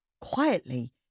Quietly